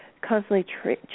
constantly